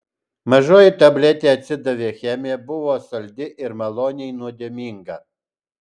mažoji tabletė atsidavė chemija buvo saldi ir maloniai nuodėminga